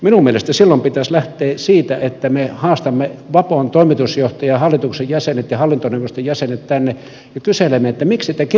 minun mielestäni silloin pitäisi lähteä siitä että me haastamme vapon toimitusjohtajan hallituksen jäsenet ja hallintoneuvoston jäsenet tänne ja kyselemme että miksi te kirjoitatte tämmöisiä satuja